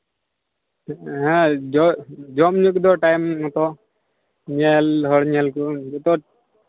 ᱦᱮᱸ ᱡᱚ ᱡᱚᱢᱼᱧᱩ ᱠᱚᱫᱚ ᱴᱟᱹᱭᱤᱢ ᱢᱚᱛᱚ ᱧᱮᱞ ᱦᱚᱲ ᱧᱮᱞ ᱠᱚ ᱡᱚᱛᱚ